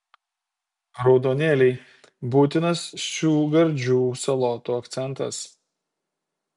raudonėliai būtinas šių gardžių salotų akcentas